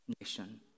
nation